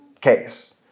case